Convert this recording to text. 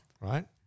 right